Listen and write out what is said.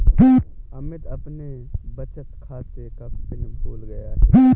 अमित अपने बचत खाते का पिन भूल गया है